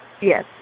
yes